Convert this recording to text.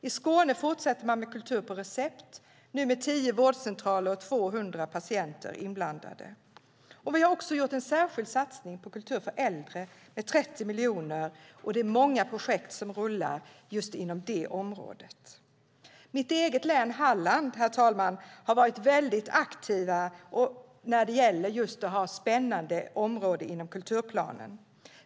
I Skåne fortsätter man med Kultur på recept, nu med tio vårdcentraler och 200 patienter inblandade. Vi har också gjort en särskild satsning på kultur för äldre genom 30 miljoner. Det är många projekt som rullar inom just det området. Mitt eget hemlän Halland har, herr talman, varit väldigt aktivt med att ha spännande områden inom kulturplanen.